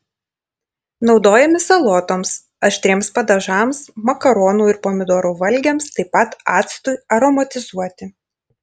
naudojami salotoms aštriems padažams makaronų ir pomidorų valgiams taip pat actui aromatizuoti